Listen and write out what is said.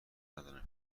ندارم